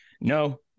no